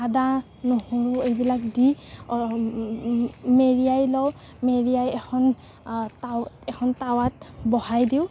আদা নহৰু এইবিলাক দি অলপ মেৰিয়াই লওঁ মেৰিয়াই এখন টাৱা এখন টাৱাত বহাই দিওঁ